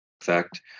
effect